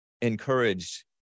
encouraged